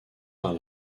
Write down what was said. par